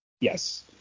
yes